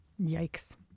Yikes